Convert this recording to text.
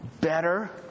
better